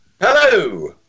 Hello